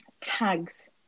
tags